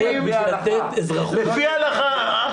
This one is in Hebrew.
לפי ההלכה.